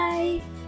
Bye